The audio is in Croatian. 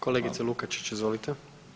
Kolegice Lukačić, izvolite.